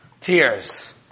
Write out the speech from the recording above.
tears